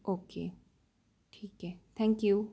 okay ठीक आहे thank you